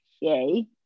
yay